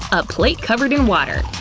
a plate covered in water.